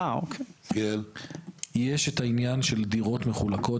יש את העניין של דירות מחולקות,